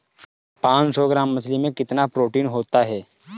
पांच सौ ग्राम मछली में कितना प्रोटीन होता है?